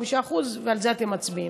בדברים אחרים לעומת מה שאתם מדברים.